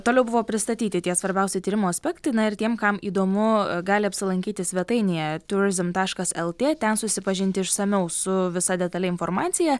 toliau buvo pristatyti tie svarbiausi tyrimo aspektai na ir tiem kam įdomu gali apsilankyti svetainėje turizm taškas lt ten susipažinti išsamiau su visa detalia informacija